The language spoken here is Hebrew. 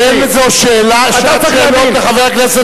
אין זו שעת שאלות לחבר הכנסת וקנין.